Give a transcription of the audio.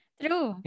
true